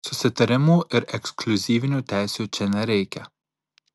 susitarimų ar ekskliuzyvinių teisių čia nereikia